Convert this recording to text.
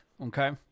Okay